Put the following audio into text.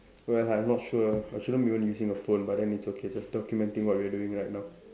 well I'm not sure I shouldn't even be using a phone but then it's okay just documenting what we are doing right now